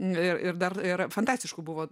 ir ir dar ir fantastišku buvo